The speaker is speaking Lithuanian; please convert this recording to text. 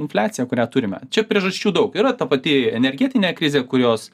infliaciją kurią turime čia priežasčių daug yra ta pati energetinė krizė kurios